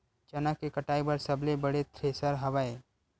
चना के कटाई बर सबले बने थ्रेसर हवय?